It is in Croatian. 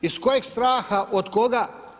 Iz kojeg straha, od koga?